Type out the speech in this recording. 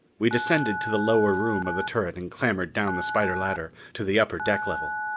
we descended to the lower room of the turret and clambered down the spider ladder to the upper deck level.